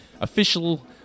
official